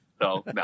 no